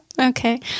Okay